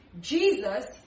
Jesus